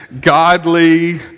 godly